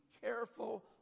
careful